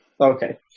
Okay